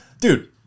dude